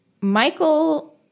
Michael